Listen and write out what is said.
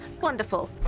Wonderful